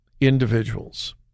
individuals